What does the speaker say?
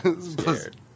Scared